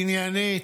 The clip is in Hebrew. עניינית.